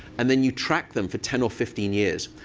and then you track them for ten or fifteen years.